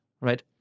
Right